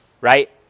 Right